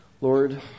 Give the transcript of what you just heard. Lord